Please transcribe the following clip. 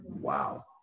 Wow